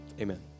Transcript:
amen